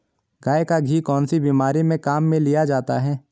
गाय का घी कौनसी बीमारी में काम में लिया जाता है?